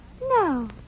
No